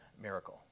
miracle